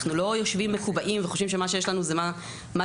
אנחנו לא יושבים מקובעים וחושבים שמה שהיה זה מה שיהיה.